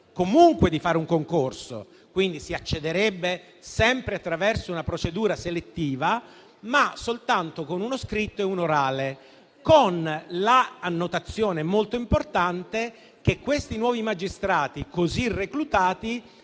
di fare un concorso (quindi sempre una procedura selettiva), ma soltanto con uno scritto e un orale, con l'annotazione, molto importante, che questi nuovi magistrati, così reclutati,